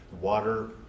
Water